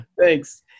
thanks